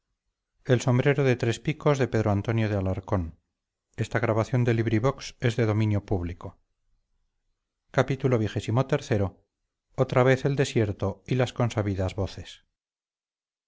del sombrero de tres picos son muchas todavía las